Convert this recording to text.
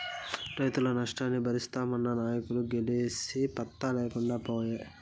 రైతుల నష్టాన్ని బరిస్తామన్న నాయకులు గెలిసి పత్తా లేకుండా పాయే